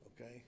okay